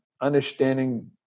understanding